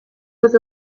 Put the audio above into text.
was